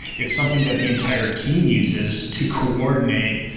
it's something that the entire team uses to coordinate,